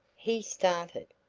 he started,